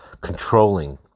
controlling